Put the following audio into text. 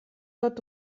dort